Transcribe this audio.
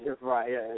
right